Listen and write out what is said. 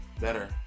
better